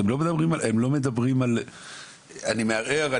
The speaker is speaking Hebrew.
הם לא מדברים על אני מערער,